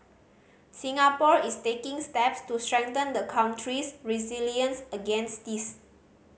Singapore is taking steps to strengthen the country's resilience against this